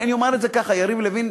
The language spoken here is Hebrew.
אני אומר את זה ככה: יריב לוין,